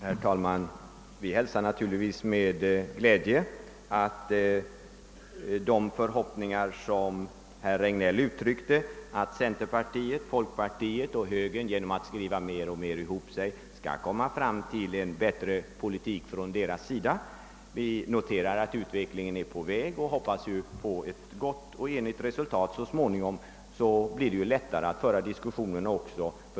Herr talman! Vi hälsar naturligtvis med glädje de förhoppningar som herr Regnéll uttryckte om att centerpartiet, folkpartiet och högern genom att mer och mer skriva ihop sig för sin del skall komma fram till en bättre politik. Vi noterar att utvecklingen har börjat och hoppas på ett gott och enigt resultat så småningom, så att det blir lättare att föra diskussionen.